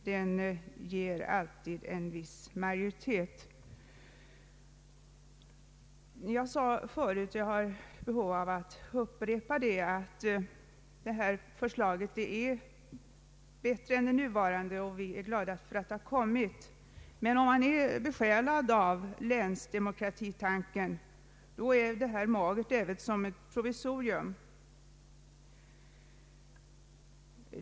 Den ger alltid en viss majoritet. Jag sade förut, och jag har behov av att upprepa det, att förslaget innebär en förbättring, och vi är glada för att det har framlagts. Men om man är besjälad av länsdemokratitanken är det framlagda förslaget magert även som ett provisorium.